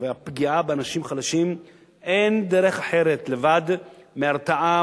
והפגיעה באנשים חלשים אין דרך אחרת לבד מהתרעה